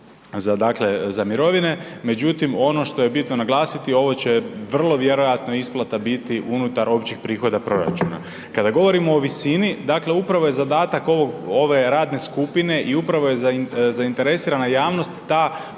za mirovine, međutim ono što je bitno naglasiti ovo će vrlo vjerojatno isplata biti unutar općih prihoda proračuna. Kada govorimo o visini, dakle upravo je zadatak ove radne skupine i upravo je zainteresirana javnost ta koja